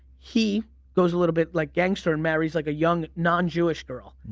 he goes a little bit like gangster and marries like a young non-jewish girl,